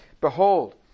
Behold